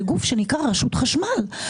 זה גוף שנקרא רשות החשמל.